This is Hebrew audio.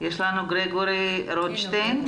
גרגורי רודשטיין.